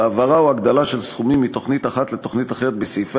העברה או הגדלה של סכומים מתוכנית אחת לתוכנית אחרת בסעיפי